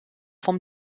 vom